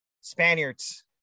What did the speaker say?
spaniards